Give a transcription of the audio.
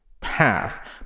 path